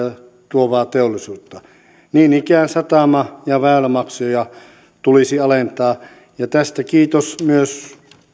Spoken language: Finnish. tuovaa teollisuutta niin ikään satama ja väylämaksuja tulisi alentaa ja tästä kiitos myös